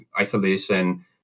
isolation